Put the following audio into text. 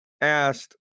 asked